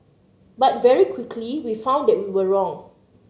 but very quickly we found that we were wrong